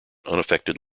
unaffected